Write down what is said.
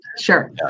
Sure